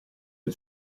del